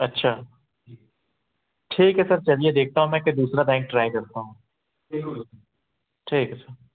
अच्छा ठीक है सर चलिए देखता हूँ मैं फिर दूसरा बैंक ट्राई करता हूँ ठीक है सर